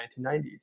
1990s